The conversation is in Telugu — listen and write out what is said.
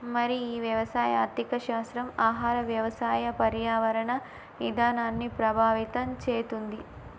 మరి ఈ వ్యవసాయ ఆర్థిక శాస్త్రం ఆహార వ్యవసాయ పర్యావరణ ఇధానాన్ని ప్రభావితం చేతుంది